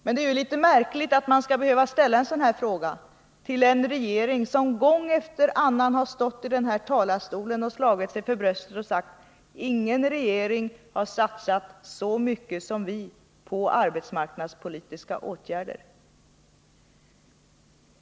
Men det är litet märkligt att man skall behöva ställa en sådan fråga till en regering som gång efter annan har stått i denna talarstol och slagit sig för bröstet och sagt: Ingen regering har satsat så mycket som vi på arbetsmarknadspolitiska åtgärder.